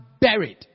buried